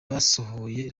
basohoye